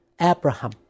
Abraham